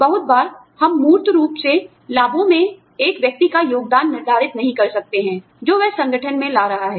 बहुत बार हम मूर्त रूप से लाभों मे एक व्यक्ति का योगदान निर्धारित नहीं कर सकते हैंजो वह संगठन में ला रहा है